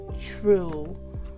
true